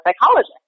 psychologist